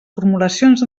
formulacions